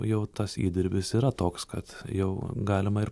jau tas įdirbis yra toks kad jau galima ir